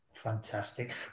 Fantastic